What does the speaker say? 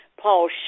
Paul